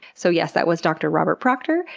so yes, that was dr. robert proctor,